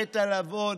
חטא על עוון,